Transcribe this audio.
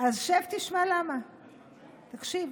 אז שב ותשמע למה, תקשיב.